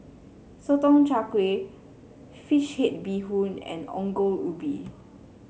Sotong Char Kway Fish Head Bee Hoon and Ongol Ubi